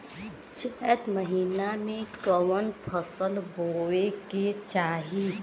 चैत महीना में कवन फशल बोए के चाही?